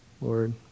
Lord